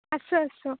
আছোঁ আছোঁ